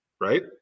right